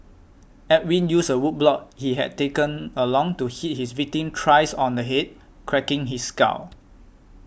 Edwin used a wood block he had taken along to hit his victim thrice on the head cracking his skull